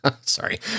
Sorry